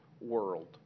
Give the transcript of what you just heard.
world